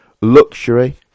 luxury